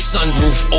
Sunroof